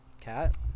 cat